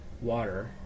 water